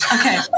Okay